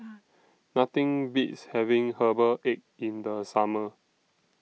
Nothing Beats having Herbal Egg in The Summer